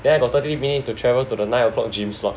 then I got thirty minutes to travel to the nine o'clock gym slot